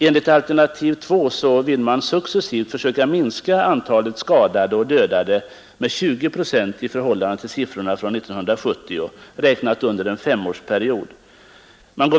Enligt alternativ 2 vill man successivt försöka minska antalet skadade och döda med 20 procent i förhållande till siffrorna för år 1970, räknat under en femårsperiod.